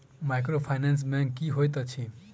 Microfinance bank की होइत अछि?